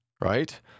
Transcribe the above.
right